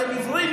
אתם עיוורים?